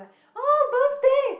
so like oh birthday